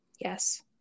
Yes